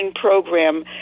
program